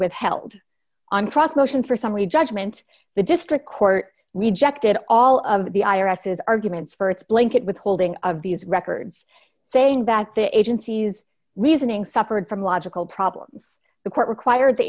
withheld on cross motions for summary judgment the district court rejected all of the i r s is arguments for its blanket withholding of these records saying that the agency's reasoning suffered from logical problems the court required the